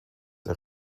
der